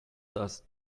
does